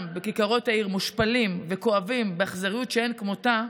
מושפלים וכואבים, באכזריות שאין כמותה,